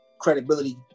credibility